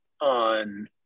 on